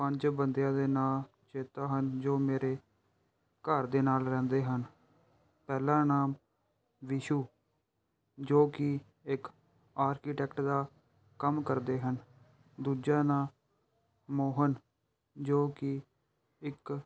ਪੰਜ ਬੰਦਿਆਂ ਦੇ ਨਾਂ ਚੇਤਾ ਹਨ ਜੋ ਮੇਰੇ ਘਰ ਦੇ ਨਾਲ ਰਹਿੰਦੇ ਹਨ ਪਹਿਲਾ ਨਾਮ ਵਿਸ਼ੂ ਜੋ ਕਿ ਇੱਕ ਆਰਕੀਟੈਕਟ ਦਾ ਕੰਮ ਕਰਦੇ ਹਨ ਦੂਜਾ ਨਾਂ ਮੋਹਨ ਜੋ ਕਿ ਇੱਕ